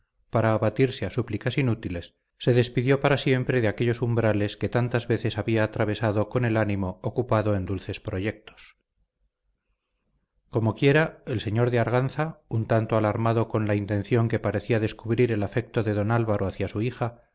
para abatirse a súplicas inútiles se despidió para siempre de aquellos umbrales que tantas veces había atravesado con el ánimo ocupado en dulces proyectos comoquiera el señor de arganza un tanto alarmado con la intención que parecía descubrir el afecto de don álvaro hacia su hija